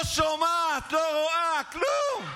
לא שומעת, לא רואה, כלום.